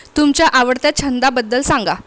तुमच्या आवडत्या छंदाबद्दल सांगा